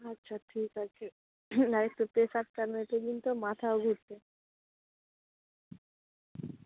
আচ্ছা ঠিক আছে আরেকটু প্রেশারটা মেপে দিন তো মাথাও ঘুরছে